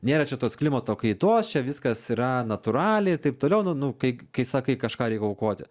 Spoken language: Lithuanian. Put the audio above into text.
nėra čia tos klimato kaitos čia viskas yra natūraliai ir taip toliau nu nu kai kai sakai kažką reik aukoti